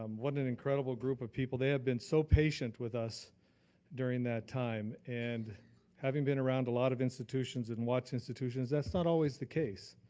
um what an an incredible group of people. they have been so patient with us during that time, and having been around a lot of institutions and lots of institutions, that's not always the case.